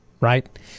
right